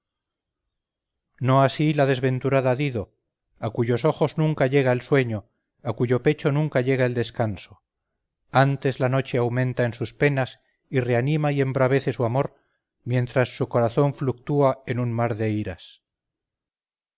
no así la desventurada dido a cuyos ojos nunca llega el sueño a cuyo pecho nunca llega el descanso antes la noche aumenta sus penas y reanima y embravece su amor mientras su corazón fluctúa en un mar de iras